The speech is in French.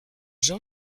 jean